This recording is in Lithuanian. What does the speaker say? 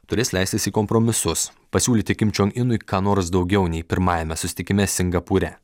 turės leistis į kompromisus pasiūlyti kim čion inui ką nors daugiau nei pirmajame susitikime singapūre